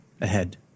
ahead